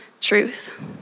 truth